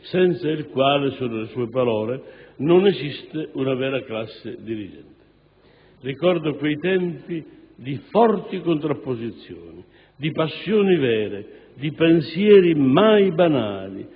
senza il quale - sono le sue parole - «non esiste una vera classe dirigente». Ricordo quei tempi di forti contrapposizioni, di passioni vere, di pensieri mai banali,